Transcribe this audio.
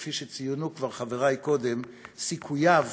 כפי שציינו כבר חברי קודם, סיכוייו